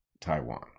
Taiwan